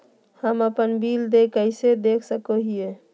हम अपन बिल देय कैसे देख सको हियै?